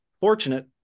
fortunate